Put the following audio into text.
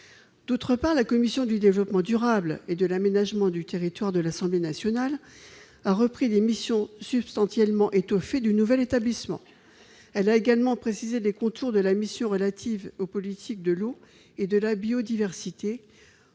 ailleurs, la commission du développement durable et de l'aménagement du territoire de l'Assemblée nationale a substantiellement étoffé les missions du nouvel établissement. Elle a également précisé les contours de la mission relative aux politiques de l'eau et de la biodiversité